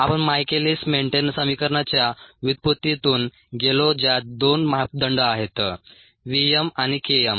आपण Michaelis Menten समीकरणाच्या व्युत्पत्तीतून गेलो ज्यात दोन मापदंड आहेत v m आणि K m